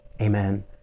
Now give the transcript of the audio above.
Amen